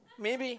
maybe